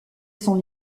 sans